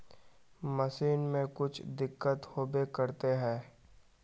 Machine में कुछ दिक्कत होबे करते है?